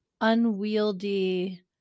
unwieldy